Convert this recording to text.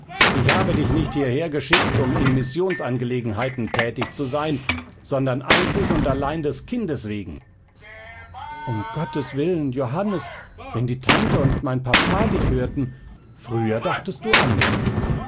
ich habe dich nicht hierhergeschickt um in missionsangelegenheiten thätig zu sein sondern einzig und allein des kindes wegen um gottes willen johannes wenn die tante und mein papa dich hörten früher dachtest du anders